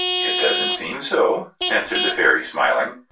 it doesn't seem so, answered the fairy, smiling.